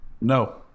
No